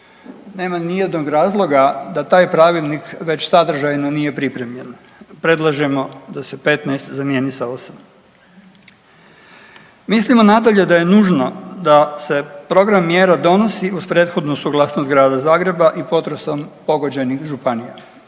Nema nijednog razloga da taj pravilnik već sadržajno nije pripremljen, predlažemo da se 15 zamijeni sa 8. Mislimo nadalje da je nužno da se program mjera donosi uz prethodnu suglasnost Grada Zagreba i potresom pogođenih županija,